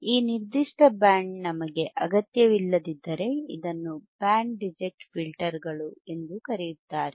ಈ ನಿರ್ದಿಷ್ಟ ಬ್ಯಾಂಡ್ ನಮಗೆ ಅಗತ್ಯವಿಲ್ಲದಿದ್ದರೆ ಇದನ್ನು ಬ್ಯಾಂಡ್ ರಿಜೆಕ್ಟ್ ಫಿಲ್ಟರ್ಗಳು ಎಂದೂ ಕರೆಯುತ್ತಾರೆ